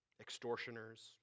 extortioners